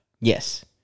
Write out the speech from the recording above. Yes